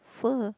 pho